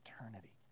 eternity